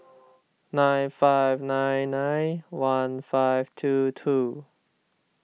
nine five nine nine one five two two